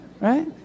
right